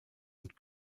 und